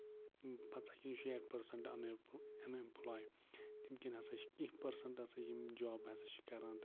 پَنژاہ کِنہٕ شیٹھ percent un emp unemployed تَمہِ کِنۍ ہسا چھِ کیٚنہہ پٔرسَنٹ ہسا چھِ یِم جاب ہسا چھِ کران